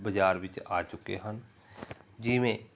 ਬਾਜ਼ਾਰ ਵਿੱਚ ਆ ਚੁੱਕੇ ਹਨ ਜਿਵੇਂ